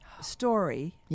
story